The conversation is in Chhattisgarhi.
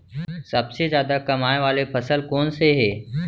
सबसे जादा कमाए वाले फसल कोन से हे?